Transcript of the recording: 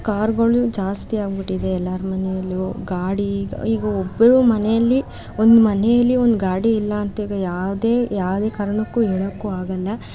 ಕಾರ್ಗಳು ಜಾಸ್ತಿಯಾಗಿಬಿಟ್ಟಿದೆ ಎಲ್ಲರ ಮನೇಲೂ ಗಾಡಿ ಈಗ ಒಬ್ಬರು ಮನೆಯಲ್ಲಿ ಒಂದು ಮನೇಲಿ ಒಂದು ಗಾಡಿ ಇಲ್ಲ ಅಂತ ಈವಾಗ ಯಾವುದೇ ಯಾವುದೇ ಕಾರಣಕ್ಕೂ ಹೇಳೋಕ್ಕೂ ಆಗೋಲ್ಲ